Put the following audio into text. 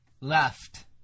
left